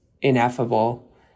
ineffable